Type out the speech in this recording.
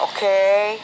Okay